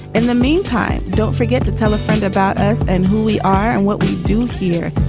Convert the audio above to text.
in the meantime, don't forget to tell a friend about us and who we are and what we do here.